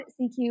CQ